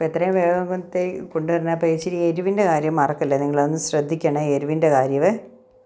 അപ്പോൾ എത്രയും വേഗത്തേക്ക് കൊണ്ടു വരണം ഇച്ചിരി എരിവിൻ്റെ കാര്യം മറക്കല്ലെ നിങ്ങൾ അതൊന്ന് ശ്രദ്ധിക്കണേ എരിവിൻ്റെ കാര്യം